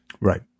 Right